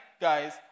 guys